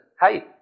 hey